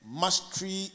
Mastery